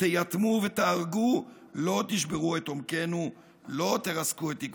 ותייתמו / ותהרגו / לא תשברו את עומקינו / לא תרסקו את תקוותינו".